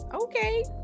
okay